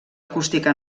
acústica